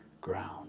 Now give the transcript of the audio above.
ground